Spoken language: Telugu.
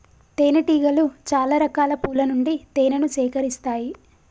తేనె టీగలు చాల రకాల పూల నుండి తేనెను సేకరిస్తాయి